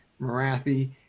Marathi